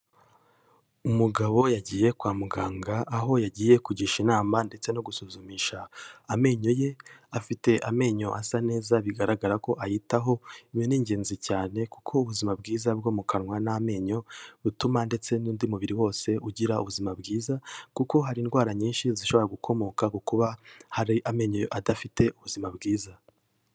Umugabo yagiye kwa muganga, aho yagiye kugisha inama ndetse no gusuzumisha amenyo ye, afite amenyo asa neza bigaragara ko ayitaho, ibi ni ingenzi cyane kuko ubuzima bwiza bwo mu kanwa n'amenyo butuma ndetse n'undi mubiri wose ugira ubuzima bwiza, kuko hari indwara nyinshi zishobora gukomoka ku kuba hari amenyo adafite ubuzima bwiza.